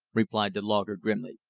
replied the logger grimly.